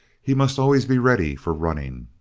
he must always be ready for running.